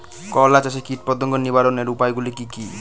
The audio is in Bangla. করলা চাষে কীটপতঙ্গ নিবারণের উপায়গুলি কি কী?